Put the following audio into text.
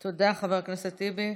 תודה, חבר הכנסת טיבי.